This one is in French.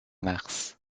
mars